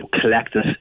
collective